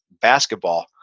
basketball